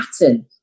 pattern